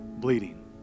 bleeding